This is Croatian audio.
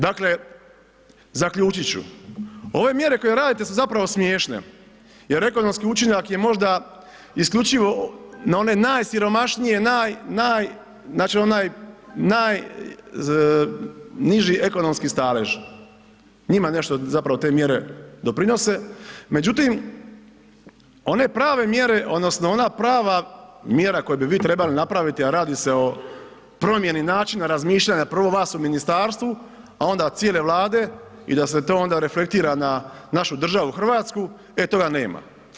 Dakle, zaključit ću ove mjere koje radite su zapravo smiješne jer ekonomski učinak je možda isključivo na one najsiromašnije, naj, naj, znači onaj najniži ekonomski stalež, njima nešto zapravo te mjere doprinose, međutim one prave mjere odnosno ona prava mjera koju bi vi trebali napraviti, a radi se o promjeni načina razmišljanja prvo vas u ministarstvu, a onda cijele Vlade i da se to ona reflektira na našu državu Hrvatsku, e toga nema.